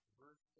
verse